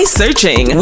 searching